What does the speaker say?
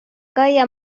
kaia